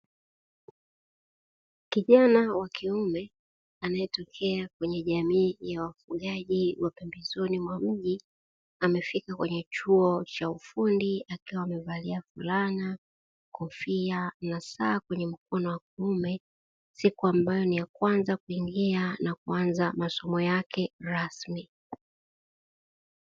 Kijana wa kiume anayetokea kwenye jamii ya wafugaji wa pembezoni mwa mji, amefika kwenye chuo cha ufundi akiwa amevalia fulana, kofia na saa kwenye mkono wa kuume. Siku ambayo ni ya kwanza kuingia na kuanza masomo yake rasmi.